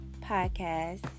podcast